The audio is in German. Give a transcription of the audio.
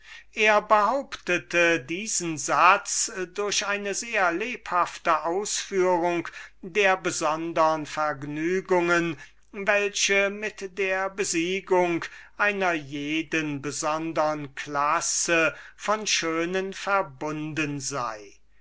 er behauptete diesen satz durch eine sehr lebhafte ausführung der besondern vergnügungen welche mit der besiegung einer jeden besondern klasse der schönen verbunden sei